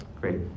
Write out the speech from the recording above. Great